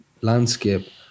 landscape